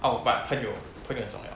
oh but 朋友朋友很重要